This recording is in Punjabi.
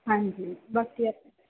ਹਾਂਜੀ ਬਾਕੀ ਐ